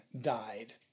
died